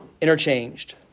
interchanged